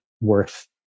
worth